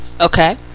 Okay